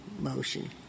motion